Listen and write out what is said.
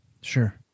Sure